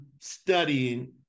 studying